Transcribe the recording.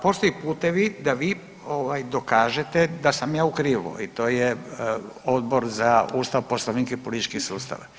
Postoje putevi da vi dokažete da sam ja u krivu i to je Odbor za Ustav, Poslovnik i politički sustav.